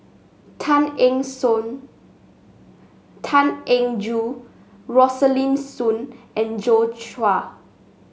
Tan Eng Joo Rosaline Soon and Joi Chua